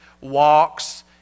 walks